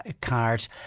card